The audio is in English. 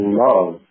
love